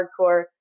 hardcore